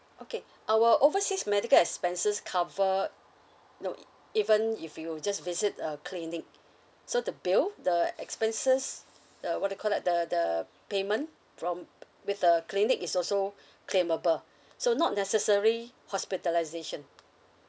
okay our overseas medical expenses cover no even if you just visit a clinic so the bill the expenses the what do you call that the the payment from with the clinic is also claimable so not necessary hospitalisation